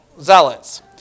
Zealots